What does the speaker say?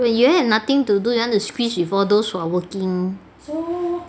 when you all have nothing to do you want to squeeze you for those who are working